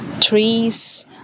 trees